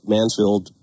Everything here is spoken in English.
Mansfield